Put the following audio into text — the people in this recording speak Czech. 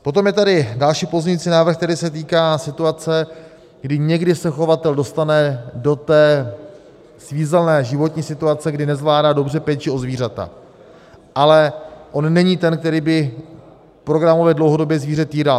Potom je tady další pozměňovací návrh, který se týká situace, kdy někdy se chovatel dostane do té svízelné životní situace, kdy nezvládá dobře péči o zvířata, ale on není ten, který by programově dlouhodobě zvíře týral.